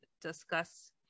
discuss